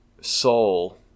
soul